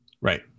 Right